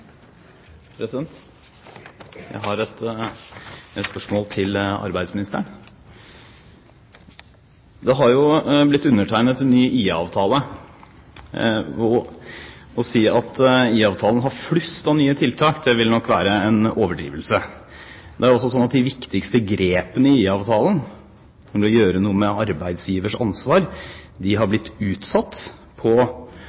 hovedspørsmål. Jeg har et spørsmål til arbeidsministeren. Det har jo blitt undertegnet en ny IA-avtale, og å si at IA-avtalen har flust av nye tiltak vil nok være en overdrivelse. Det er også sånn at de viktigste grepene i IA-avtalen, som å gjøre noe med arbeidsgivers ansvar, har